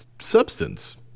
substance